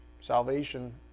salvation